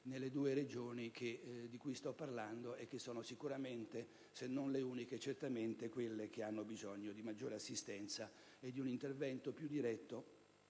nelle due Regioni di cui sto parlando, che sono sicuramente - se non le uniche - quelle che hanno bisogno di maggiore assistenza e di un intervento più diretto